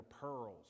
pearls